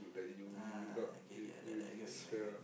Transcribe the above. ah okay okay I I get what you mean I get what you mean